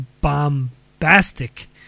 bombastic